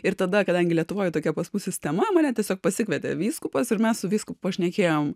ir tada kadangi lietuvoj tokia pas mus sistema mane tiesiog pasikvietė vyskupas ir mes su vyskupu pašnekėjom